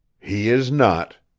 he is not,